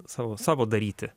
savo savo daryti